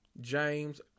James